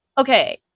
Okay